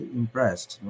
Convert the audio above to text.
impressed